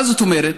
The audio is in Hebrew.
מה זאת אומרת?